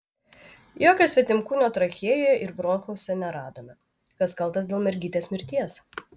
jokio svetimkūnio trachėjoje ir bronchuose neradome kas kaltas dėl mergytės mirties